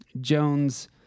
Jones